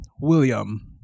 William